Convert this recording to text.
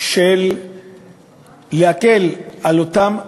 של להקל על אותם אנשים,